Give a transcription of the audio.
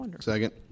Second